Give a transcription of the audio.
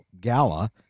gala